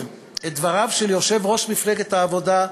את דבריו של יושב-ראש מפלגת העבודה,